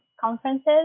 conferences